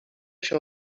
się